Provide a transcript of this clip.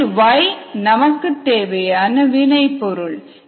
இதில் Y நமக்கு தேவையான வினை பொருள்